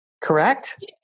correct